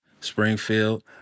Springfield